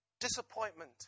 Disappointment